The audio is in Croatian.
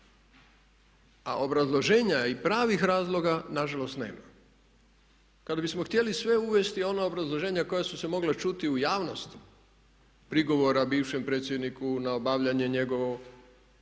a obrazloženja i pravnih razloga nažalost nema. Kada bismo htjeli sve uvesti ona obrazloženja koja su se mogla čuti u javnosti, prigovora bivšem predsjedniku na obavljanje njegove